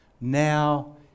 Now